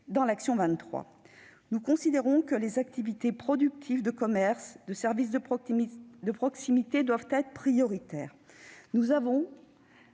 dans l'action n° 23. Nous considérons que les activités productives, les commerces et les services de proximité doivent être prioritaires.